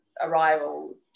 arrival